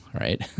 right